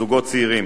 זוגות צעירים,